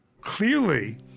Clearly